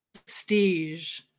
prestige